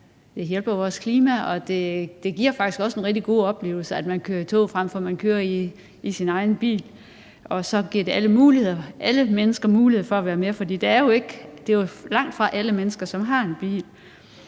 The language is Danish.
Det hjælper jo også klimaet, og det giver faktisk også nogle rigtig gode oplevelser, at man kører i tog, frem for at man kører i sin egen bil, og så giver det alle mennesker mulighed for at være med, for det er jo langtfra alle mennesker, som har en bil.